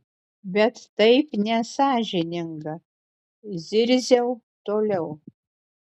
bet taip nesąžininga zirziau toliau